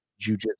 jujitsu